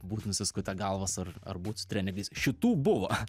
būt nusiskutę galvas ar ar būt su treningais šitų buvo